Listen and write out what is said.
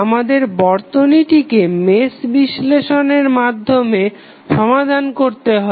আমাদের বর্তনীটিকে মেশ বিশ্লেষণের মাধ্যমে সমাধান করতে হবে